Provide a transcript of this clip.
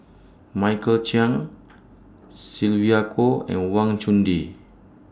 Michael Chiang Sylvia Kho and Wang Chunde